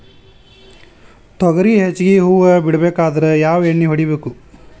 ತೊಗರಿ ಹೆಚ್ಚಿಗಿ ಹೂವ ಬಿಡಬೇಕಾದ್ರ ಯಾವ ಎಣ್ಣಿ ಹೊಡಿಬೇಕು?